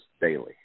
daily